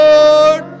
Lord